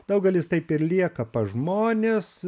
daugelis taip ir lieka pas žmones